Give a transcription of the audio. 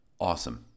awesome